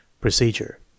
Procedure